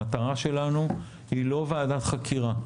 המטרה שלנו היא לא ועדת חקירה,